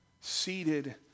Seated